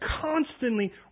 constantly